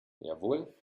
jawohl